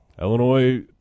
Illinois